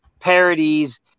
parodies